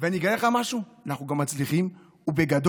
ואני אגלה לך משהו, אנחנו גם מצליחים, ובגדול.